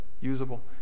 usable